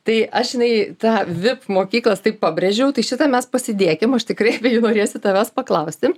tai aš žinai tą vip mokyklas taip pabrėžiau tai šitą mes pasidėkim aš tikrai norėsiu tavęs paklausti